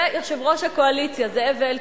ויושב-ראש הקואליציה זאב אלקין.